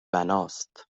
بناست